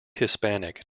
hispanic